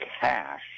cash